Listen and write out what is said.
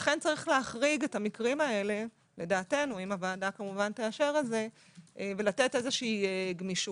לכן יש להחריג את המקרים הללו לדעתנו ולתת גמישות כלשהי.